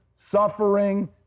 suffering